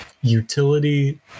utility